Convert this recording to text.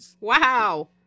wow